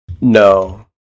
No